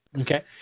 Okay